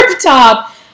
top